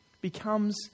becomes